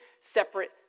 separate